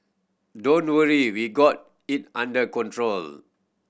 don't worry we've got it under control